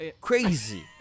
crazy